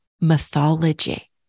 mythology